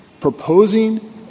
Proposing